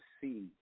see